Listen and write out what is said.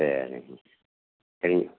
சரிங்க எங்